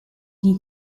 die